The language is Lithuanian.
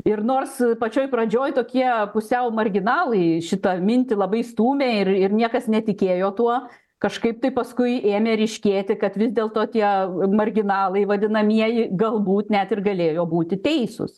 ir nors pačioj pradžioj tokie pusiau marginalai į šitą mintį labai stūmė ir ir niekas netikėjo tuo kažkaip tai paskui ėmė ryškėti kad vis dėlto tie marginalai vadinamieji galbūt net ir galėjo būti teisūs